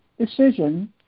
decision